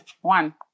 one